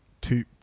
two